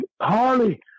Harley